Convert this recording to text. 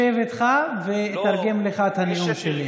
אתה יודע, אני אשב איתך ואתרגם לך את הנאום שלי.